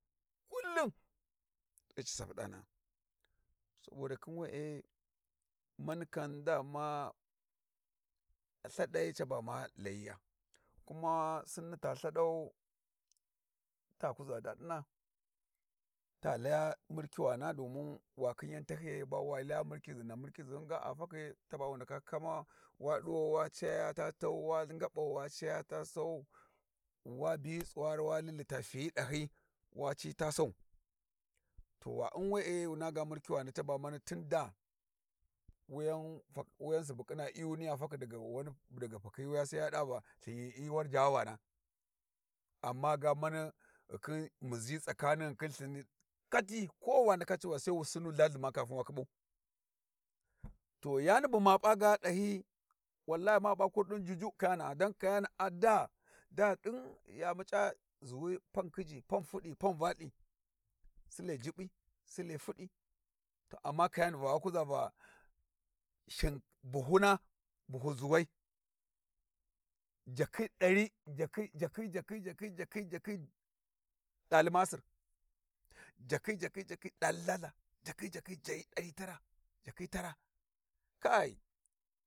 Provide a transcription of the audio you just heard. Kullum sai ci sapu ɗana'a sabodi khin we'e mani kam dama lthaɗi caba ma layiya kuma sinna ta lthaɗau ta kuza daɗina ta laya murkiwana domin wa khin yan tahyiyai bawa laya murkizihyina murkizhyin ga a fakhi taba wu ndaka kama wa ɗuwau wa caya ta tau wa ngɓau wa caya ta sau, wa biyi tsuwari walilita fiyi ɗahyi waci tasau, to wa u'n we'e wuna ga murkiwani mani tin daa wuyansubu ƙhina iyunu ya fakhi caya u'n we'e wuna ga caba ba mana tun dayu wuyan fak subu khina iyuni ya fakhi daga packhi wuya sai yaɗa va lthin hyi Warjawawina. Amma ga mani ghi khin muzi tsakani ghun khin lthin katti ko wa ndaka civa sai wu sinnu lhalhi ma kapun wa khibau. To yani buma p'a ga ɗahyi wallahi ma p'a kurdi juju kayana'a don kayana'a daa da din ya muca zuwi pam khijji pam fudi pam valthi, sule jubbi sule fudi, to amma kayani va wa kuza va shim buhuna buhu zuwai jakhi dari, jakhi jakhi jakhi jakhi ɗaali masir, jakhi jakhi ɗaali lhalha, jakhi jakhi dari tara jakhi tara kai.